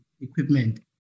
equipment